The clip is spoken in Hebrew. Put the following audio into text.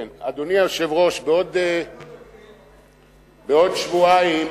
אדוני היושב-ראש, בעוד שבועיים,